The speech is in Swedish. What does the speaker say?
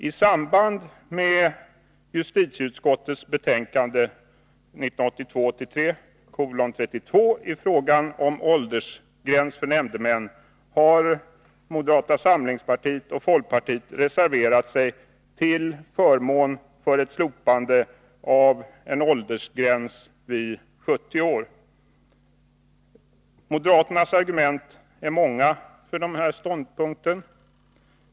I samband med justitieutskottets betänkande 1982/83:32 i fråga om åldersgräns för nämndemän har moderata samlingspartiet och folkpartiet reserverat sig till förmån för ett slopande av åldersgränsen vid 70 år. Moderaternas argument för denna ståndpunkt är många.